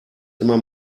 immer